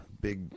big